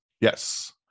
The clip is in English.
Yes